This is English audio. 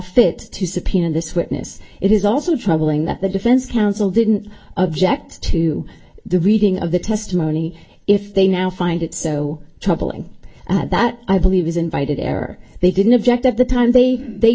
fit to subpoena this witness it is also troubling that the defense counsel didn't object to the reading of the testimony if they now find it so troubling that i believe is invited error they didn't object at the time they they